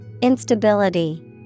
Instability